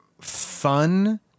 fun